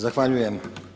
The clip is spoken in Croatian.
Zahvaljujem.